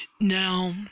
Now